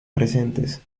presentes